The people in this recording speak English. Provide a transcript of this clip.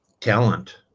talent